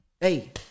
Hey